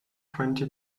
twenty